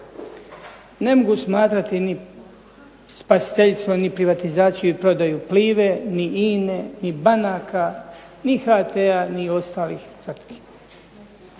Ne mogu smatrati ni spasiteljicom ni privatizaciju i prodaju Plive ni INA-e ni banaka, ni HT-a ni ostalih tvrtki.